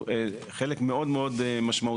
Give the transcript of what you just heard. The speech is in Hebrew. החלופיות מה שנקרא,